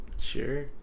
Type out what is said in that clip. Sure